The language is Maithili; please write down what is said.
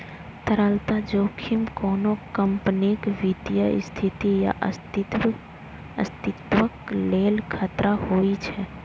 तरलता जोखिम कोनो कंपनीक वित्तीय स्थिति या अस्तित्वक लेल खतरा होइ छै